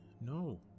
no